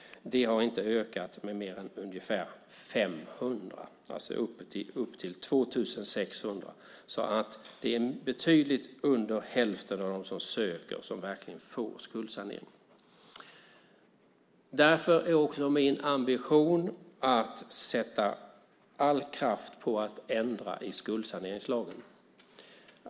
De har inte ökat med mer än ungefär 500 och är nu alltså omkring 2 600. Det är alltså betydligt färre än hälften av dem som söker som verkligen får skuldsanering. Därför är det också min ambition att lägga all kraft på att ändra i skuldsaneringslagen.